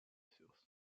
issues